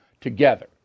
together